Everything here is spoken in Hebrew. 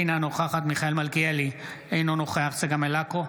אינה נוכחת מיכאל מלכיאלי, אינו נוכח צגה מלקו,